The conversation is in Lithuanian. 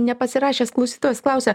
nepasirašęs klausytojas klausia